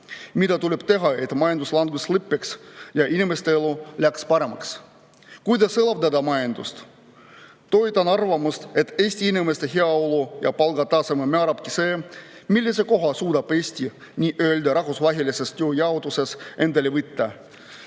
Mida tuleb teha, et majanduslangus lõpeks ja inimeste elu läheks paremaks? Kuidas elavdada majandust? Toetan arvamust, et Eesti inimeste heaolu ja palgataseme määrabki see, millise koha suudab Eesti nii-öelda rahvusvahelises tööjaotuses endale võtta